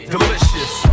Delicious